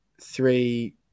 three